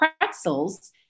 pretzels